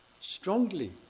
strongly